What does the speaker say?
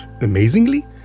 amazingly